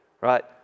right